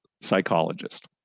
psychologist